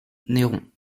neyron